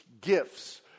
gifts